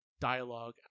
dialogue